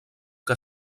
que